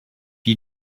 you